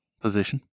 position